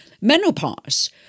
menopause